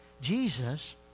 Jesus